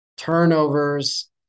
turnovers